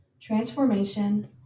transformation